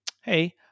hey